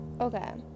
okay